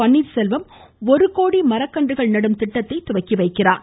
பன்னீர்செல்வம் ஒரு கோடி மரக்கன்றுகள் நடும் திட்டத்தை தொடங்கி வைக்கிறார்